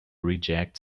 reject